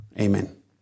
Amen